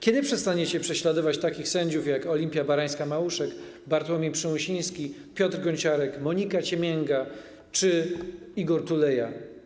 Kiedy przestaniecie prześladować takich sędziów jak Olimpia Barańska-Małuszek, Bartłomiej Przymusiński, Piotr Gąciarek, Monika Ciemięga czy Igor Tuleya?